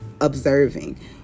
observing